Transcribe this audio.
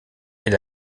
est